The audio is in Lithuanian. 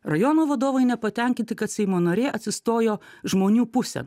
rajono vadovai nepatenkinti kad seimo nariai atsistojo žmonių pusėn